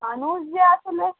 মানুষ যে আসলে